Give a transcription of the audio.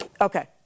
Okay